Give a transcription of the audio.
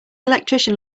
electrician